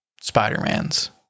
Spider-Mans